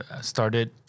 started